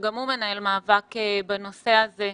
שגם הוא מנהל מאבק בנושא הזה.